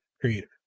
creator